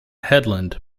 headland